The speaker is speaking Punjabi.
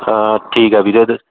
ਹਾਂ ਠੀਕ ਆ ਵੀਰੇ